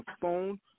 phone